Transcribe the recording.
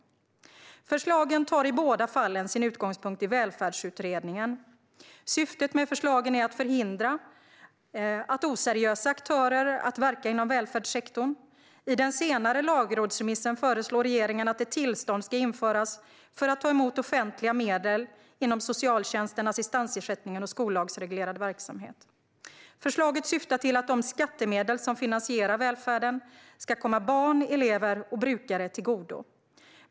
Förslagen tar i båda fallen sin utgångspunkt i Välfärdsutredningen . Syftet med förslagen är att förhindra oseriösa aktörer att verka inom välfärdssektorn. I den senare lagrådsremissen föreslår regeringen att ett tillstånd ska införas för att ta emot offentliga medel inom socialtjänsten, assistansersättningen och skollagsreglerad verksamhet. Förslaget syftar till att de skattemedel som finansierar välfärden ska komma barn, elever och brukare till godo.